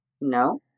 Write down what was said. no